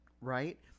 Right